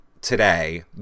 today